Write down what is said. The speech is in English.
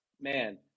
man